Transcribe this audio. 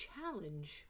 challenge